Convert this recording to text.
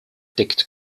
deckt